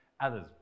others